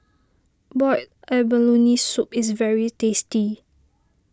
Boiled Abalone Soup is very tasty